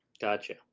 Gotcha